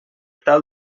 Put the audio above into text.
tal